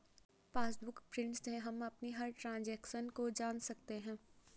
passbook print से हम अपनी हर ट्रांजेक्शन को जान सकते है